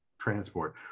transport